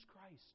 Christ